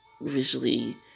visually